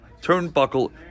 Turnbuckle